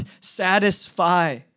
satisfy